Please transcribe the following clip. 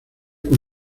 con